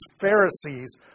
Pharisees